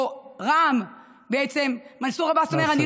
או רע"מ בעצם, מנסור עבאס אומר, נא לסיים.